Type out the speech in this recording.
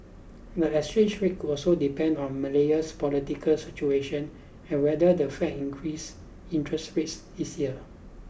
the exchange rate could also depend on Malaysia's political situation and whether the Fed increases interest rates this year